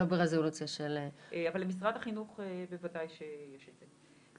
לא ברזולוציה של -- אבל למשרד החינוך בוודאי שיש את זה.